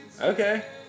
okay